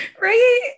right